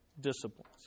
disciplines